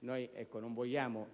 Non vogliamo